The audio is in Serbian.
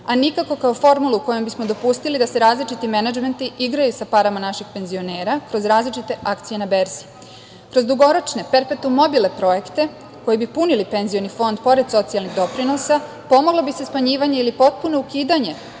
a nikako kao formulu kojom bismo dopustili da se različiti menadžmenti igraju sa parama naših penzionera kroz različite akcije na berzi. Kroz dugoročne perpetum mobile projekte koji bi punili penzioni fond, pored socijalnih doprinosa, pomoglo bi se smanjivanje ili potpuno ukidanje